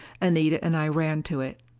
anita and i ran to it.